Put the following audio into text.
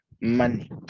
money